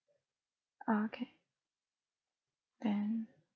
uh okay then